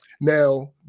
Now